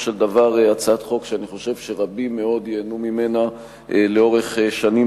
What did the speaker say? של דבר הצעת חוק שאני חושב שרבים מאוד ייהנו ממנה לאורך שנים.